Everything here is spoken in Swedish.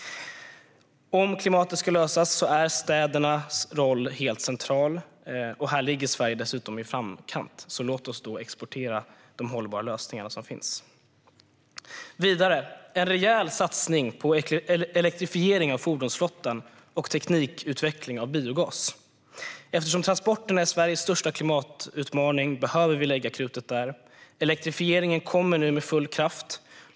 Om klimatet ska lösas är städernas roll central, och här ligger Sverige dessutom i framkant. Låt oss exportera de hållbara lösningar som finns! En rejäl satsning på elektrifiering av fordonsflottan och teknikutveckling av biogas är vidare steg. Eftersom transporterna är Sveriges största klimatutmaning behöver vi lägga krutet där. Elektrifieringen kommer nu med full kraft.